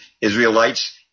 Israelites